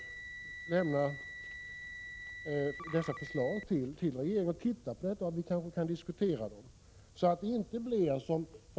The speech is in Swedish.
Jag vill lämna dessa förslag till regeringen, som ju kan se på dem. Därefter kan vi kanske ta upp en diskussion.